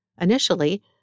Initially